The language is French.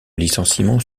licenciement